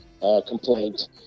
complaint